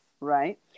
right